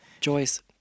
Joyce